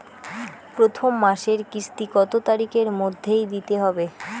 প্রথম মাসের কিস্তি কত তারিখের মধ্যেই দিতে হবে?